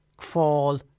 fall